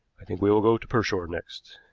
i think we will go to pershore next.